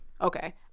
okay